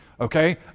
okay